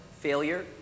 failure